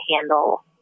handle